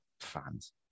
fans